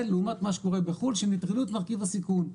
לעומת מה שקורה בחוץ לארץ כשנטרלו את מרכיב הסיכון.